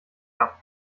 her